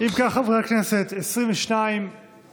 של חברי הכנסת איימן עודה,